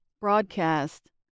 broadcast